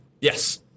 yes